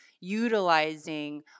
utilizing